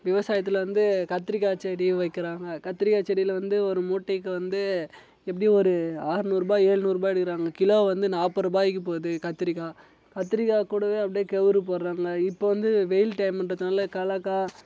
விவசாயத்தில் வந்து கத்திரிக்காய் செடி வைக்கிறாங்க கத்திரிக்காய் செடியில் வந்து ஒரு மூட்டைக்கு வந்து எப்படியும் ஒரு அறுநூறுபா ஏழ்நூறுபா எடுக்கிறாங்க கிலோ வந்து நாப்பது ரூபாய்க்கு போகுது கத்திரிக்காய் கத்திரிக்காய் கூடவே அப்படியே கேவுர் போடுறாங்க இப்போ வந்து வெயில் டைம்ங்றதுனால கடலக்கா